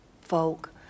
folk